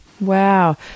wow